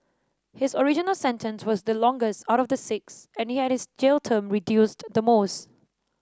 his original sentence was the longest out of the six and he had his jail term reduced the most